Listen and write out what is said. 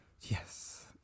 Yes